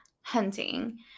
hunting